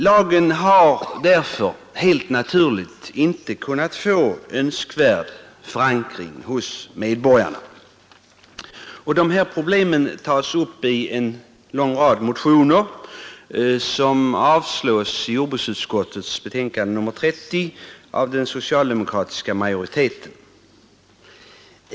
Lagen har därför helt naturligt inte kunnat få önskvärd förankring hos medborgarna, och det här problemet tas upp i en lång rad motioner, som avstyrks av jordbruksutskottets socialdemokratiska majoritet i utskottets betänkande nr 30.